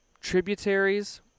tributaries